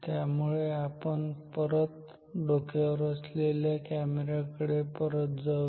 त्यामुळे आपण परत डोक्यावर असलेल्या कॅमेरा कडे परत जाऊ